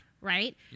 right